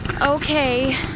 Okay